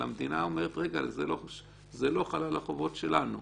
המדינה אומרת: אבל זה לא חל על החובות שלנו,